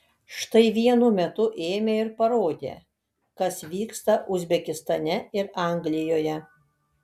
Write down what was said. štai vienu metu ėmė ir parodė kas vyksta uzbekistane ir anglijoje